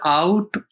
out